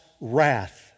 wrath